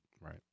Right